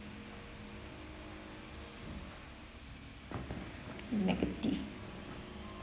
negative